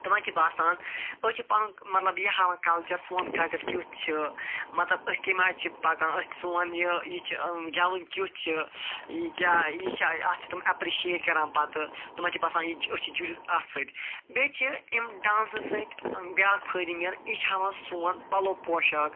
تِمن چھُ باسان أسۍ چھِ پنُن مطلب یہِ ہاوان کلچر سوٗن کلچر کیٛتھ چھُ مطلب أسۍ کَمہِ آیہِ چھِ پکان أسۍ سوٗن یہِ یہِ چھُ گیٚوُن کیٛتھ چھُ یہِ کیٛاہ یہِ چھا اَتھ چھِ تِم ایٚپرِشیٹ کران پتہٕ تِمن چھُ باسان یہِ چھُ أسۍ چھِ جُڑِتھ اَتھ سۭتۍ بییٚہِ چھُ اَمہِ ڈانسہٕ سۭتۍ بیٛاکھ فٲیدٕ میلان یہِ چھُ ہاون سون پَلو پۄشاک